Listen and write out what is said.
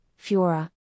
Fiora